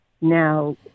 Now